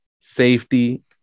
safety